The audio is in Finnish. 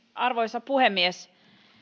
arvoisa puhemies